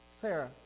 Sarah